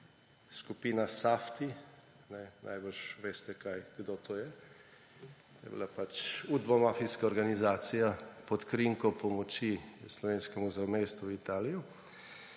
skupina Safti − najbrž veste, kdo to je? To je bila pač udbomafijska organizacija pod krinko pomoči slovenskemu zamejstvu v Italiji.